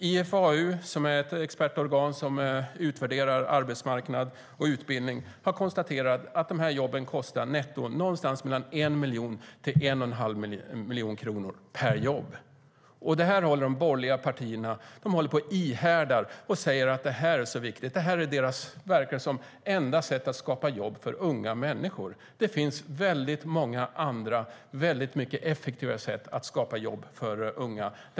IFAU, som är ett expertorgan som utvärderar arbetsmarknad och utbildning, har konstaterat att dessa jobb netto kostar 1-1 1⁄2 miljoner kronor per jobb. Detta envisas de borgerliga om och säger att det är så viktigt. Det verkar som att det är deras enda sätt att skapa jobb för unga människor. Det finns väldigt många andra, väldigt mycket effektivare sätt att skapa jobb för unga.